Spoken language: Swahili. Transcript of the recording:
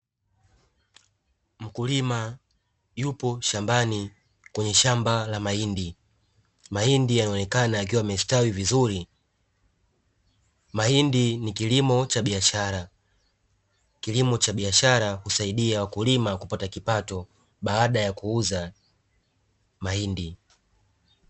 Mkulima yupo shambani kwenye shamba la mahindi. Mahindi yanaonekana yakiwa yamestawi vizuri, mahindi ni kilimo cha biashara. Kilimo cha biashara humsaidia wakulima kupata kipato baada ya kuuza mahindi.